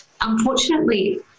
Unfortunately